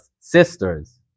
sisters